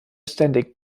ständig